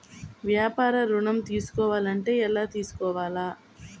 వ్యాపార ఋణం తీసుకోవాలంటే ఎలా తీసుకోవాలా?